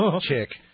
chick